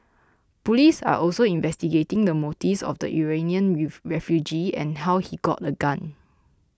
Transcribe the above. police are also investigating the motives of the Iranian refugee and how he got a gun